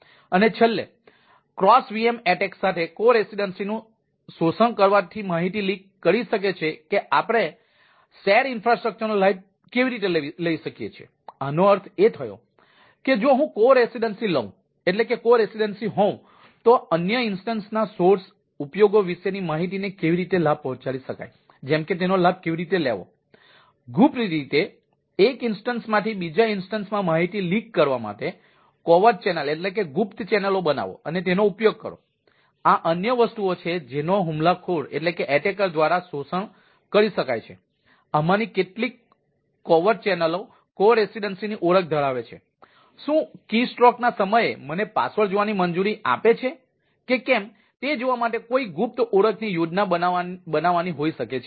અને છેલ્લે cross VM હુમલાઓ ના સમયે મને પાસવર્ડ જોવાની મંજૂરી આપે છે કે કેમ તે જોવા માટે કોઈ ગુપ્ત ઓળખની યોજના બનાવવાની હોઈ શકે છે